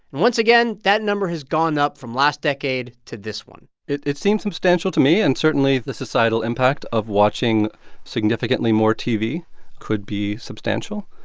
and once again, that number has gone up from last decade to this one it it seems substantial to me. and, certainly, the societal impact of watching significantly more tv could be substantial.